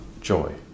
joy